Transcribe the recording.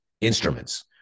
instruments